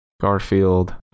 Garfield